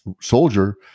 soldier